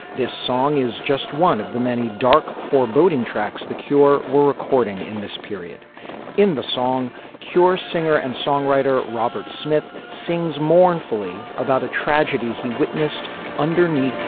this song is just one of the many dark foreboding tracks the cure were recording in this period in the song cure singer and songwriter robert smith sings mournfully about a tragedy he witnessed underneath